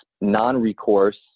non-recourse